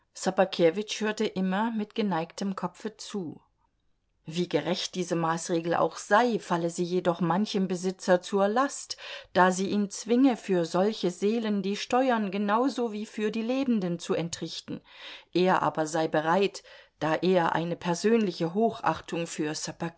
immer mit geneigtem kopfe zu wie gerecht diese maßregel auch sei falle sie jedoch manchem besitzer zur last da sie ihn zwinge für solche seelen die steuern genau so wie für die lebenden zu entrichten er aber sei bereit da er eine persönliche hochachtung für